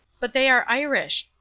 but they are irish.